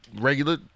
regular